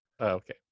okay